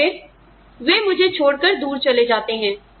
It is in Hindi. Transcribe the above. और फिर वे मुझे छोड़कर दूर चले जाते हैं